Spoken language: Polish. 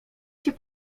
się